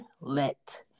let